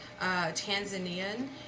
Tanzanian